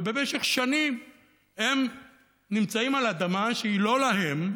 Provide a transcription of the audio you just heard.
ובמשך שנים הם נמצאים על אדמה שהיא לא להם,